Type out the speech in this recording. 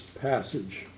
passage